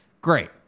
Great